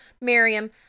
Miriam